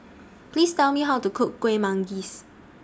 Please Tell Me How to Cook Kuih Manggis